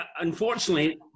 unfortunately